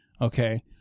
Okay